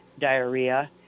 diarrhea